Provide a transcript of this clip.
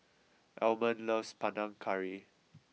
Almon loves Panang Curry